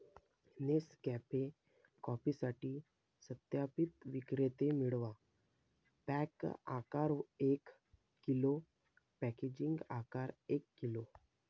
Nescafe कॉफीसाठी सत्यापित विक्रेते मिळवा, पॅक आकार एक किलो, पॅकेजिंग आकार एक किलो